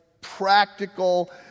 practical